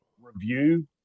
review